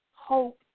Hope